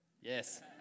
Yes